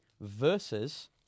versus